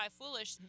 foolish